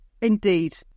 Indeed